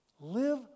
Live